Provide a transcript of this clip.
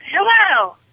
Hello